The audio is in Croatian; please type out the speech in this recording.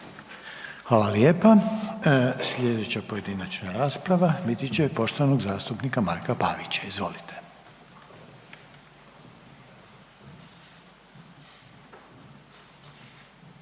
Hvala lijepa. Slijedeća pojedinačna rasprava biti će poštovanog zastupnika Marka Pavića. Izvolite.